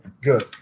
Good